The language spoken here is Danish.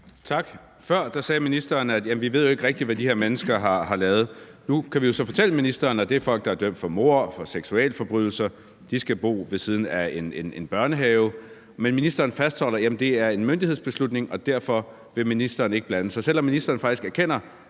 Før sagde ministeren, at vi ikke rigtig ved, hvad de her mennesker har lavet. Nu kan vi jo så fortælle ministeren, at det er folk, der er dømt for mord og for seksualforbrydelser, og de skal bo ved siden af en børnehave. Men ministeren fastholder, at det er en myndighedsbeslutning, og derfor vil ministeren ikke blande sig,